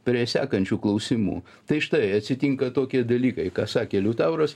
prie sekančių klausimų tai štai atsitinka tokie dalykai ką sakė liutauras